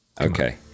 okay